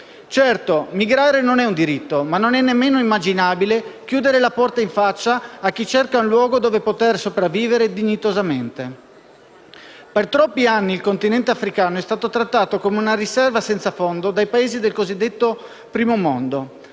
Certo, migrare non è un diritto, ma non è nemmeno immaginabile chiudere la porta in faccia a chi cerca un luogo dove poter sopravvivere dignitosamente. Per troppi anni il Continente africano è stato trattato come una riserva senza fondo dai Paesi del cosiddetto "Primo mondo".